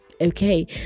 okay